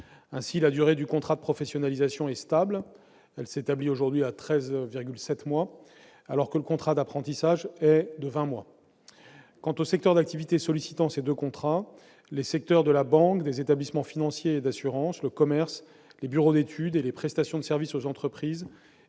Ainsi, la durée du contrat de professionnalisation est stable et s'établit aujourd'hui à 13,7 mois, alors que le contrat d'apprentissage est de 20 mois. Les secteurs d'activité sollicitant ces deux contrats diffèrent eux aussi sensiblement. Les secteurs de la banque, des établissements financiers et d'assurances, le commerce, les bureaux d'études et prestations de services aux entreprises